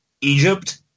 Egypt